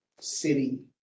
city